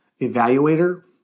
evaluator